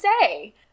say